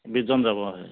বিশজন যাব